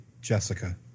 Jessica